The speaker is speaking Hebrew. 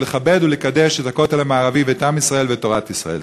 ולכבד ולקדש את הכותל המערבי ואת עם ישראל ואת תורת ישראל.